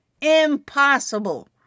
Impossible